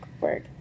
work